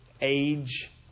age